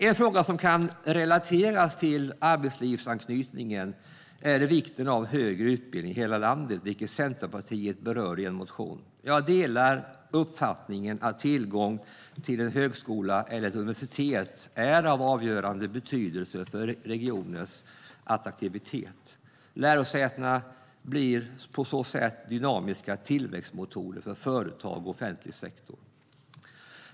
En fråga som kan relateras till arbetslivsanknytningen är vikten av högre utbildning i hela landet, vilket Centerpartiet berör i en motion. Jag delar uppfattningen att tillgången till en högskola eller ett universitet är av avgörande betydelse för regioners attraktivitet. Lärosäten blir på så sätt dynamiska tillväxtmotorer för företag och offentlig sektor.